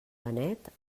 benet